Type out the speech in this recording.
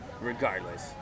regardless